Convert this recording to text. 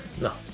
No